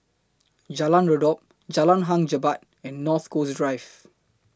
Jalan Redop Jalan Hang Jebat and North Coast Drive